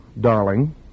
Darling